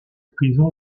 prison